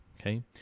okay